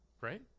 Right